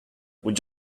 would